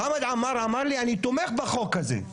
חמד עמאר אמר לי: אני תומך בחוק הזה.